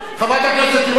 חברת הכנסת תירוש,